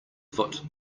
foot